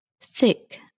thick